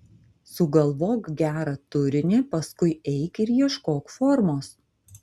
sugalvok gerą turinį paskui eik ir ieškok formos